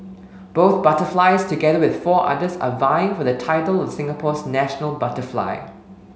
both butterflies together with four others are vying for the title of Singapore's national butterfly